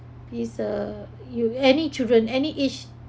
is uh you any children any age